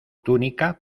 túnica